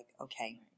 okay